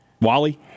Wally